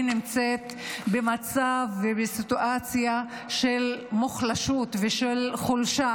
היא נמצאת במצב ובסיטואציה של מוחלשות ושל חולשה.